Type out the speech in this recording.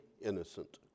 innocent